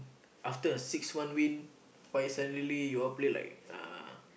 after the sixth one win why suddenly you all play like uh